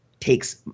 takes